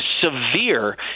severe